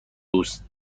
دوست